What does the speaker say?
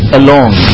alone